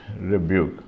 rebuke